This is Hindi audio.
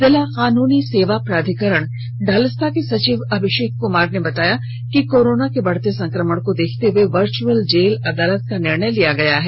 जिला कानूनी सेवा प्राधिकरण डालसा के सचिव अभिषेक कुमार ने बताया कि कोरोना के बढ़ते संक्रमण को देखते हुए वर्च्यअल जेल अदालत का निर्णय लिया गया है